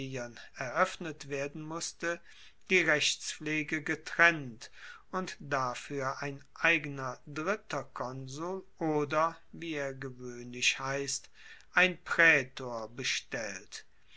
eroeffnet werden musste die rechtspflege getrennt und dafuer ein eigener dritter konsul oder wie er gewoehnlich heisst ein praetor bestellt